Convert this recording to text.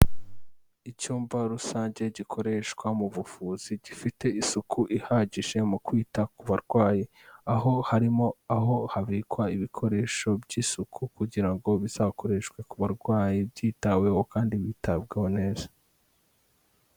Icyumba rusange gikoreshwa mu buvuzi, gifite isuku ihagije mu kwita ku barwayi, aho harimo aho habikwa ibikoresho by'isuku kugira ngo bizakoreshwe ku barwayi, byitaweho kandi bitabwaho neza.